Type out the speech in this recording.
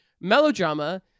melodrama